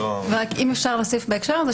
אם אפשר להוסיף בהקשר הזה,